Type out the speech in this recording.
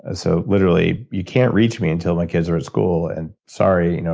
ah so literally, you can't reach me until my kids are at school and sorry, you know